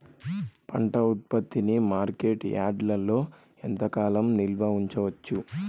పంట ఉత్పత్తిని మార్కెట్ యార్డ్లలో ఎంతకాలం నిల్వ ఉంచవచ్చు?